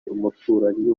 umuturanyi